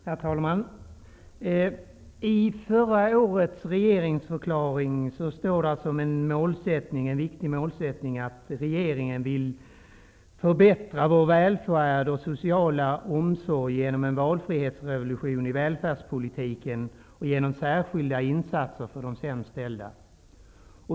Herr talman! I förra årets regeringsförklaring framhölls det som en viktig målsättning att regeringen ville förbättra vår välfärd och den sociala omsorgen genom en valfrihetsrevolution i välfärdspolitiken och genom särskilda insatser för de sämst ställda.